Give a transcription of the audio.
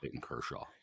Kershaw